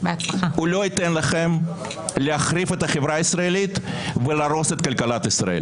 הוא לא ייתן לכם להחריב את החברה הישראלית ולהרוס את כלכלת ישראל.